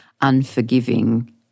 unforgiving